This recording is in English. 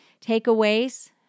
takeaways